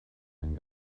einen